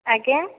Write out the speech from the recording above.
ଆଜ୍ଞା